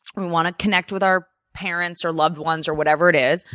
we want to connect with our parents or loved ones or whatever it is.